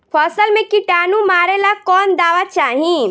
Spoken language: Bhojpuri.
फसल में किटानु मारेला कौन दावा चाही?